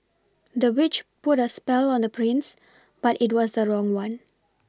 the witch put a spell on the prince but it was the wrong one